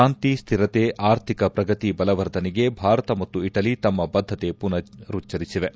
ಶಾಂತಿ ಸ್ವಿರತೆ ಆರ್ಥಿಕ ಪ್ರಗತಿ ಬಲವರ್ಧನೆಗೆ ಭಾರತ ಮತ್ತು ಇಟಲಿ ತಮ್ಮ ಬದ್ದತೆ ಪುನರುಚ್ಚರಿಸಿವೆ